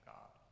God